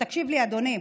תקשיב לי, אדוני,